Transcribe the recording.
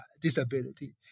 disability